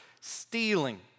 stealing